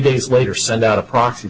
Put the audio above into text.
days later send out a proxy